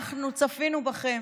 אנחנו צפינו בכם,